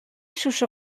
шушы